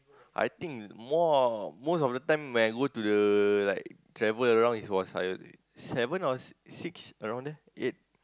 I think more most of the time when I go to the like travel around it was like seven or six around there eight